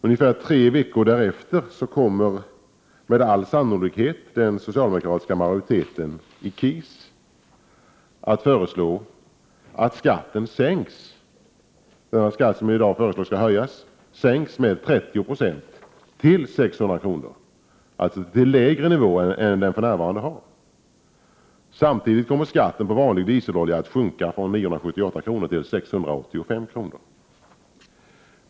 Ungefär tre veckor därefter kommer med all sannolikhet den socialdemokratiska majoriteten i KIS att föreslå att den skatt som i dag föreslås bli höjd skall sänkas med 30 260 till 600 kr., alltså till en lägre nivå än för närvarande. Samtidigt kommer skatten på vanlig dieselolja att sjunka från 978 kr. till 685 kr.